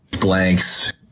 Blanks